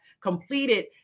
completed